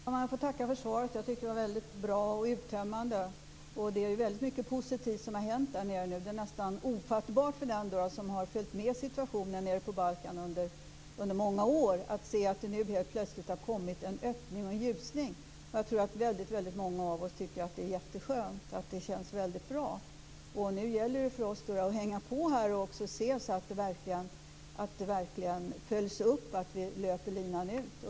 Fru talman! Jag får tacka för svaret. Det var väldigt bra och uttömmande. Det är mycket positivt som har hänt där nere nu. Det är nästan ofattbart för den som har följt situationen nere på Balkan under många år att se att det nu helt plötsligt har kommit en öppning och en ljusning. Jag tror att väldigt många av oss tycker att det är jätteskönt och känns väldigt bra. Nu gäller det för oss att hänga på och se till att detta verkligen följs upp och att vi löper linan ut.